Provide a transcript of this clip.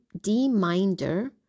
dminder